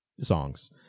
Songs